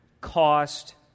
cost